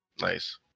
Nice